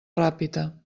ràpita